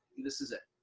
this is it.